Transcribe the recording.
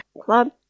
Club